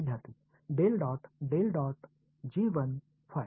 विद्यार्थीः Dell dot Dell dot G 1 five